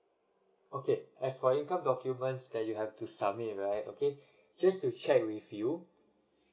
okay as for income documents that you have to submit right okay just to check with you